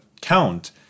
Count